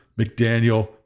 McDaniel